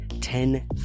ten